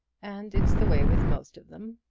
and it's the way with most of them.